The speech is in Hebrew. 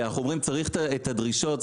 אנחנו אומרים שצריך את הדרישות,